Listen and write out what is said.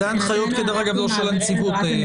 אלה הנחיות לא של הנציבות.